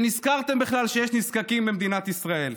שנזכרתם בכלל שיש נזקקים במדינת ישראל,